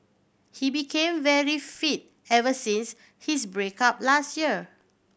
he became very fit ever since his break up last year